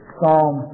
Psalm